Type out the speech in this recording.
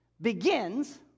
begins